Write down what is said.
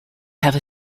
have